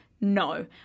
No